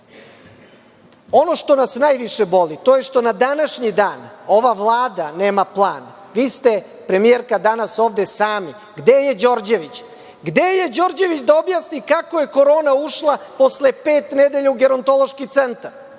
što nas najviše boli, to je što na današnji dan ova Vlada nema plan. Vi ste, premijerka, danas ovde sami. Gde je Đorđević? Gde je Đorđević da objasni kako je Korona ušla posle pet nedelja u Gerontološki centar?